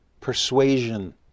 persuasion